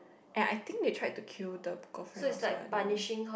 and I think they tried to kill the girlfriend also I don't know